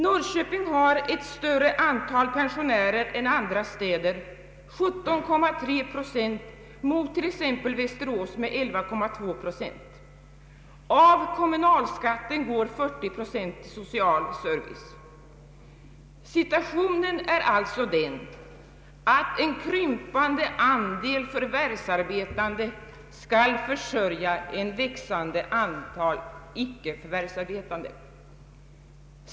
Norrköping har ett större antal pensionärer än andra städer, 17,3 procent mot t.ex. Västerås med 11,2 procent. Av kommunalskatten går 40 procent till social service. Situationen är alltså den att en krympande andel förvärvsarbetande skall försörja en växande andel icke förvärvsarbetande.